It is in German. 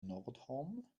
nordhorn